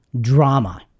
drama